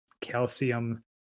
calcium